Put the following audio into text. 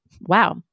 wow